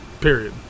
Period